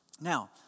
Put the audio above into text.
Now